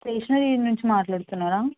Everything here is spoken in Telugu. స్టేషనరీ నుంచి మాట్లాడుతున్నారా